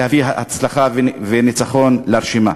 להביא הצלחה וניצחון לרשימה.